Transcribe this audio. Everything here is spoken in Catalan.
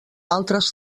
altres